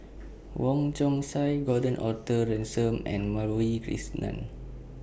Wong Chong Sai Gordon Arthur Ransome and Madhavi Krishnan